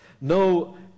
No